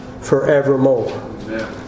forevermore